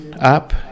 app